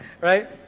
right